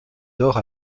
dort